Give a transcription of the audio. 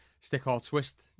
stick-or-twist